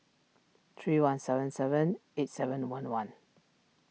three one seven seven eight seven one one